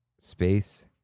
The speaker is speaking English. Space